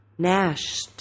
Nashed